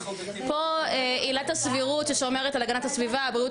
יש פה גם את חבריי לקואליציית בריאות